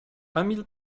emil